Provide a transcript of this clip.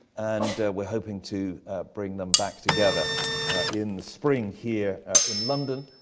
and we're hoping to bring them back together in the spring here in london,